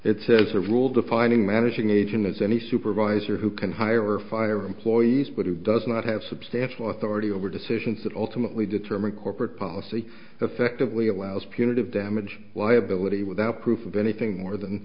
it says a rule defining managing agent as any supervisor who can hire or fire employees but it does not have substantial authority over decisions that ultimately determine corporate policy effectively allows punitive damage why ability without proof of anything more than